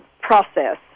process